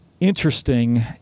interesting